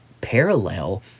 parallel